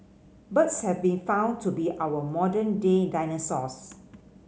birds have been found to be our modern day dinosaurs